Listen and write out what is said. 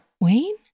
Wayne